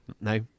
No